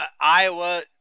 Iowa